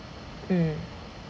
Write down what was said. mm